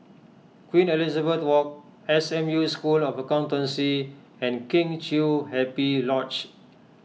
Queen Elizabeth Walk S M U School of Accountancy and Kheng Chiu Happy Lodge